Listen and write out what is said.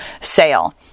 sale